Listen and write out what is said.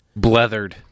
Blethered